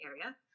area